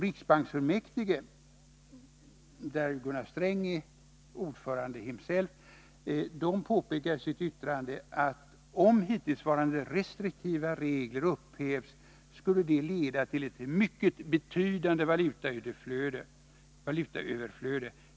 Riksbanksfullmäktige, där Gunnar Sträng är ordförande, påpekar i sitt yttrande att om hittillsvarande restriktiva regler upphävs, skulle det leda till ett mycket betydande valutautflöde.